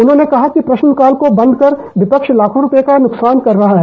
उन्होंने कहा कि प्रश्नकाल को बंद कर विपक्ष लाखों रूपए का नुकसान कर रहा है